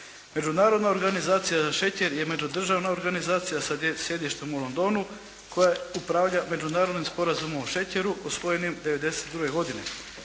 Međunarodna organizacija za šećer je međudržavna organizacija sa sjedištem u Londonu koja upravlja Međunarodnim sporazumom o šećeru usvojenim 1992. godine.